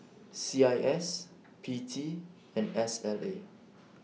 C I S P T and S L A